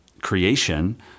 creation